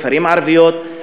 בכפרים ערביים,